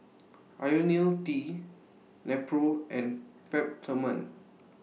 Ionil T Nepro and Peptamen